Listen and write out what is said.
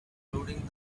including